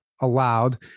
allowed